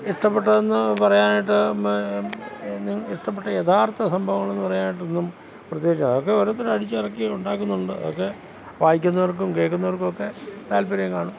ഇഷ്ടപ്പെട്ടതെന്ന് പറയാനായിട്ട് ഇഷ്ടപ്പെട്ട യഥാർത്ഥ സംഭവങ്ങളെന്ന് പറയാനായിട്ട് ഒന്നും പ്രത്യേകിച്ച് അതൊക്കെ ഓരോരുത്തർ അടിച്ച് ഇറക്കി ഉണ്ടാക്കുന്നുണ്ട് അതൊക്കെ വായിക്കുന്നവർക്കും കേൾക്കുന്നവർക്കും ഒക്കെ താൽപ്പര്യം കാണും